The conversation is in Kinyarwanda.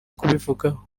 kubivugaho